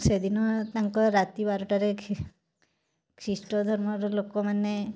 ସେଦିନ ତାଙ୍କ ରାତି ବାରଟାରେ ଖ୍ରୀଷ୍ଟଧର୍ମର ଲୋକମାନେ